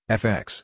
fx